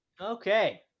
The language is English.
Okay